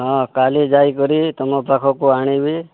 ହଁ କାଲି ଯାଇକରି ତମ ପାଖକୁ ଆଣିବି